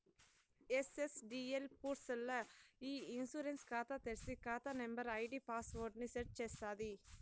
NSDL పూర్స్ ల్ల ఇ ఇన్సూరెన్స్ కాతా తెర్సి, కాతా నంబరు, ఐడీ పాస్వర్డ్ ని సెట్ చేస్తాది